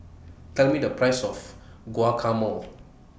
Tell Me The Price of Guacamole